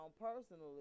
personally